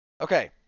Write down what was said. Okay